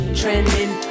trending